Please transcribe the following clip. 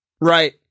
right